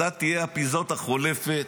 אתה תהיה אפיזודה חולפת,